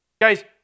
Guys